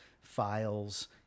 files